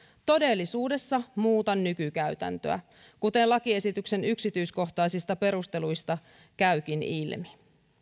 todellisuudessa muuta nykykäytäntöä kuten lakiesityksen yksityiskohtaisista perusteluista käykin ilmi